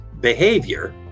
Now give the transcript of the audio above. behavior